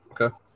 okay